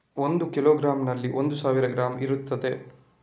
ಒಂದು ಕಿಲೋಗ್ರಾಂನಲ್ಲಿ ಒಂದು ಸಾವಿರ ಗ್ರಾಂ ಇರ್ತದೆ